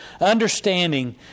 understanding